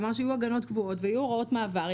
אמר שיהיו הגנות קבועות ויהיו הוראות מעבר,